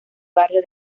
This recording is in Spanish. barrio